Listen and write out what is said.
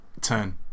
ten